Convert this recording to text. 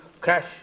crash